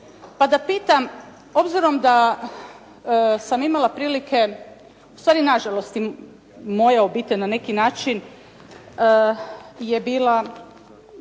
pa da pitam obzirom da sam imala prilike, u stvari na žalost i moja obitelj na neki način je bila